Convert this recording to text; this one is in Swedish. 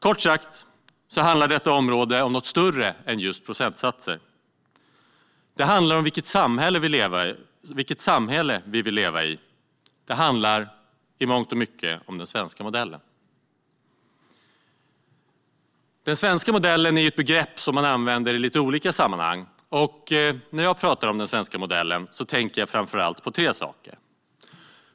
Kort sagt handlar detta område om något större än just procentsatser. Det handlar om vilket samhälle vi vill leva i. Det handlar i mångt och mycket om den svenska modellen. Den svenska modellen är ett begrepp som man använder i lite olika sammanhang. När jag talar om den svenska modellen tänker jag framför allt på tre saker.